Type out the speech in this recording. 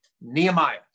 Nehemiah